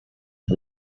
for